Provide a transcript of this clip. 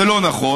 זה לא נכון.